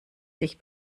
sich